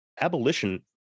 abolition